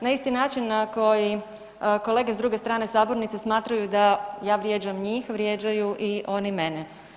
Na isti način koji kolege s druge strane sabornice smatraju da ja vrijeđam njih, vrijeđaju i oni mene.